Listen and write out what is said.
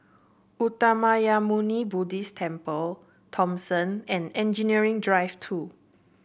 Uttamayanmuni Buddhist Temple Thomson and Engineering Drive Two